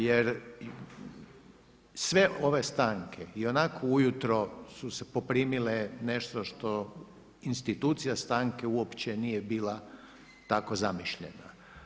Jer sve ove stanke ionako ujutro su poprimile nešto što institucija stanke uopće nije bila tako zamišljena.